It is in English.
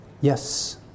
Yes